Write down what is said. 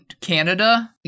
Canada